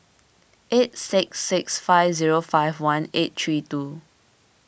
eight six six five zero five one eight three two